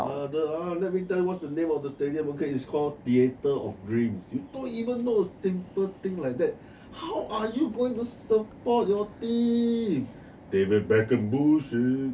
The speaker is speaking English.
the ah let me tell you what's the name of the stadium okay it's call the theatre of dreams you don't even know a simple thing like that how are you gonna support your team david beckham bullshit